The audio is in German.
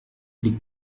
liegt